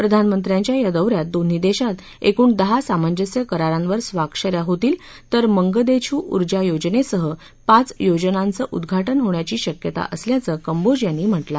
प्रधानमंत्र्यांच्या या दौ यात दोन्ही देशात एकूण दहा सामंजस्य करारांवर स्वाक्ष या होतील तर मंगदेछू उर्जा योजनेसह पाच योजनांचं उद्घाटन होण्याची शक्यता असल्याचं कम्बोज यांनी म्हटलं आहे